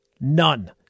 None